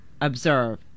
Observe